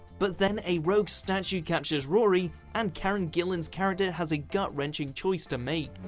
but then a rogue statue captures rory, and karen gillan's character has a gut-wrenching choice to make.